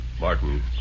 Martin